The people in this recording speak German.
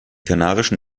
kanarischen